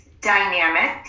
dynamic